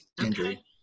injury